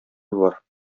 бар